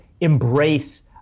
embrace